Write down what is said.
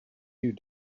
you